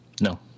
No